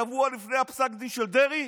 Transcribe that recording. שבוע לפני פסק הדין של דרעי?